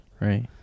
Right